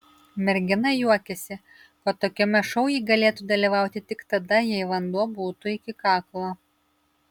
mergina juokėsi kad tokiame šou ji galėtų dalyvauti tik tada jei vanduo būtų iki kaklo